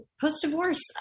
post-divorce